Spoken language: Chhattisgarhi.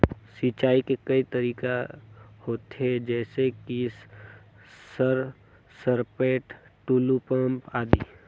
सिंचाई के कई तरीका होथे? जैसे कि सर सरपैट, टुलु पंप, आदि?